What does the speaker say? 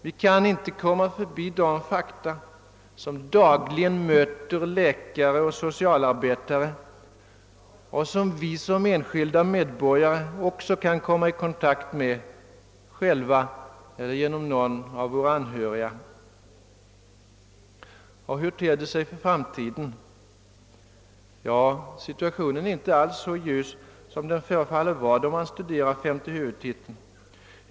Vi kan inte komma förbi de fakta som dagligen möter läkare och socialarbetare och som vi som enskilda medborgare också kan komma i kontakt med, själva eller genom någon av våra anhöriga. Hur ter det sig då för framtiden? Ja, situationen är inte alls så ljus som den förefaller vara då man studerar femte huvudtiteln.